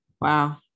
Wow